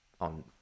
on